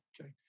okay